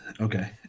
Okay